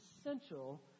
essential